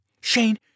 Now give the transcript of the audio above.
Shane